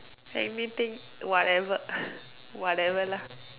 anything whatever whatever lah